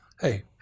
Hey